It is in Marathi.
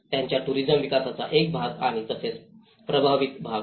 त्यांच्या टुरिजम विकासाचा एक भाग आणि तसेच प्रभावित भाग